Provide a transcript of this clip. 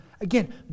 again